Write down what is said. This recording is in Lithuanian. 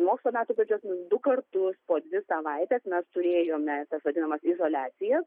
mokslo metų pradžios du kartus po dvi savaites mes turėjome tas vadinamas izoliacijas